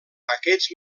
aquests